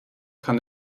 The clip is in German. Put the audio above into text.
kann